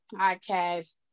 podcast